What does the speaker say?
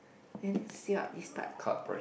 then seal up this part